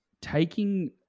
taking